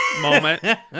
moment